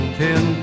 ten